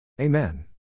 Amen